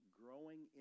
growing